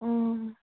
অঁ